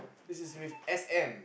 this is with S M